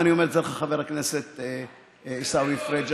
ואני אומר את זה לחבר הכנסת עיסאווי פריג',